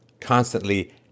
constantly